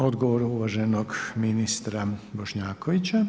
Odgovor uvaženog ministra Bošnjakovića.